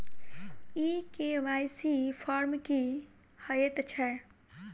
ई KYC form की हएत छै?